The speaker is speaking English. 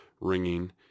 ringing